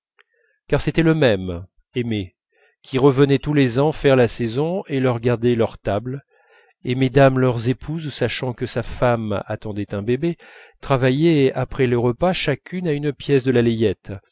car c'était le même aimé qui revenait tous les ans faire la saison et leur gardait leurs tables et mesdames leurs épouses sachant que sa femme attendait un bébé travaillaient après les repas chacune à une pièce de la layette